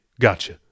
gotcha